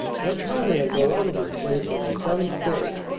let no man go out of his place on the seventh day.